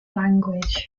language